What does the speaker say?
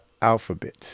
alphabet